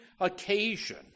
occasion